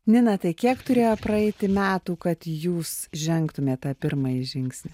nina tai kiek turėjo praeiti metų kad jūs žengtumėt tą pirmąjį žingsnį